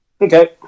Okay